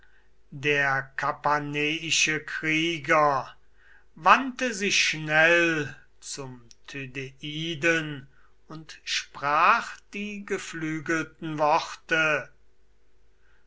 der götter wandte sich schnell zur athen und sprach die geflügelten worte